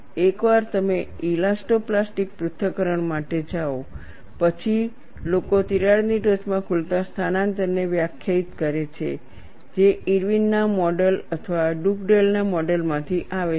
એકવાર તમે elasto plastic પૃથ્થકરણ માટે જાઓ પછી લોકો તિરાડની ટોચમાં ખૂલતાં સ્થાનાંતરને વ્યાખ્યાયિત કરે છે જે ઇર્વિન ના મોડલ અથવા ડુગડેલ ના મોડલ માંથી આવે છે